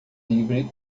livre